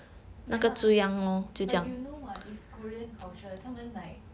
ya lah but you know what it's korean culture 他们 like